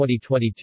2022